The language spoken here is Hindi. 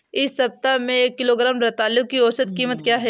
इस सप्ताह में एक किलोग्राम रतालू की औसत कीमत क्या है?